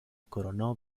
coronó